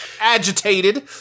agitated